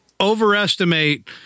overestimate